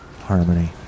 Harmony